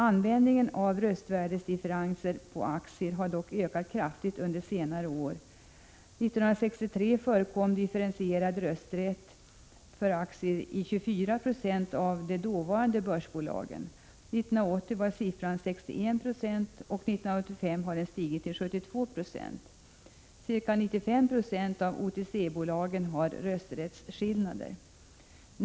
Använd 107 ningen av röstvärdesdifferenser på aktier har ökat kraftigt under senare år. År 1963 förekom differentierad rösträtt för aktier i 24 96 av de dåvarande börsbolagen. År 1980 var siffran 61 Jo och år 1985 hade den stigit till 72 90. Ca 95 90 av OTC-bolagen har rösträttsskillnader.